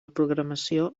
programació